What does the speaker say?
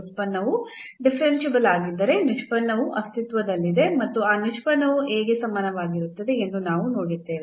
ಉತ್ಪನ್ನವು ಡಿಫರೆನ್ಸಿಬಲ್ ಆಗಿದ್ದರೆ ನಿಷ್ಪನ್ನವು ಅಸ್ತಿತ್ವದಲ್ಲಿದೆ ಮತ್ತು ಆ ನಿಷ್ಪನ್ನವು A ಗೆ ಸಮಾನವಾಗಿರುತ್ತದೆ ಎಂದು ನಾವು ನೋಡಿದ್ದೇವೆ